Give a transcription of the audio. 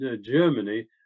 Germany